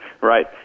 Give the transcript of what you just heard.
Right